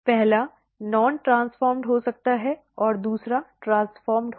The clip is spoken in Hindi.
पहला नॉन ट्रान्सफोर्मेड हो सकता है और दूसरा ट्रान्सफोर्मेड होगा